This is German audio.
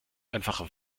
einfach